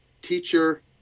teacher